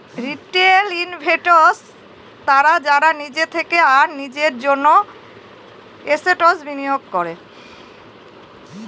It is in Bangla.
রিটেল ইনভেস্টর্স তারা যারা নিজের থেকে আর নিজের জন্য এসেটস বিনিয়োগ করে